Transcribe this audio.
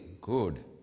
good